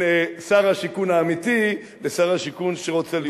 בין שר השיכון האמיתי לשר השיכון שרוצה להיות.